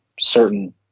certain